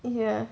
ya